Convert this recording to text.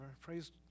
Praise